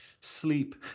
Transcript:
sleep